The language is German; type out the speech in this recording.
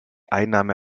einnahme